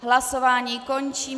Hlasování končím.